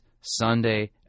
Sunday